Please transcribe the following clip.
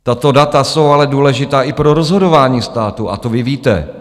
Tato data jsou ale důležitá i pro rozhodování státu a to vy víte.